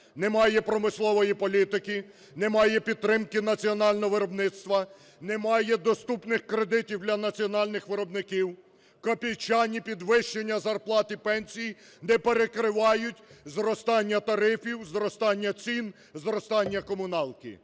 Немає промислової політики, нема підтримки національного виробництва, немає доступних кредитів для національних виробників, копійчані підвищення зарплат і пенсій не перекривають зростання тарифів, зростання цін, зростання комуналки.